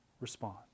respond